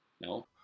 No